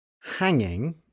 Hanging